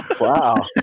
Wow